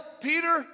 Peter